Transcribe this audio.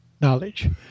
knowledge